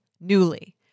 Newly